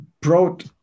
brought